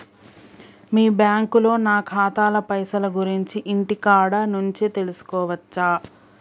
మీ బ్యాంకులో నా ఖాతాల పైసల గురించి ఇంటికాడ నుంచే తెలుసుకోవచ్చా?